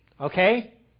Okay